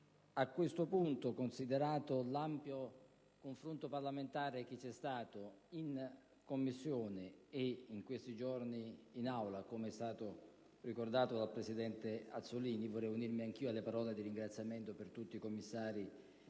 a questo punto, considerato l'ampio confronto parlamentare che c'è stato in Commissione e in questi giorni in Aula, come è stato ricordato dal presidente Azzollini (e volevo unirmi anch'io alle parole di ringraziamento a tutti i commissari